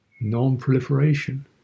non-proliferation